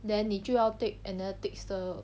then 你就要 take analytics 的